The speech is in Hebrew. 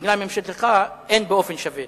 בגלל ממשלתך, אין באופן שווה.